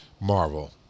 Marvel